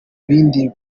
bindi